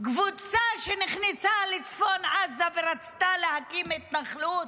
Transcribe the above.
קבוצה שנכנסה לצפון עזה ורצתה להקים התנחלות?